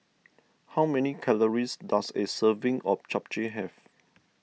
how many calories does a serving of Japchae have